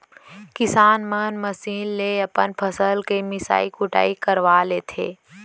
किसान मन मसीन ले अपन फसल के मिसई कुटई करवा लेथें